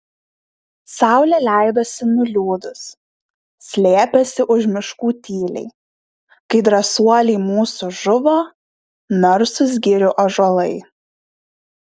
saulė leidosi nuliūdus slėpėsi už miškų tyliai kai drąsuoliai mūsų žuvo narsūs girių ąžuolai